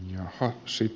lihaksi